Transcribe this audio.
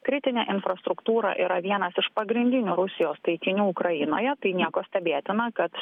kritinė infrastruktūra yra vienas iš pagrindinių rusijos taikinių ukrainoje tai nieko stebėtina kad